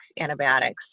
antibiotics